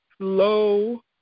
slow